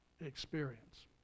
experience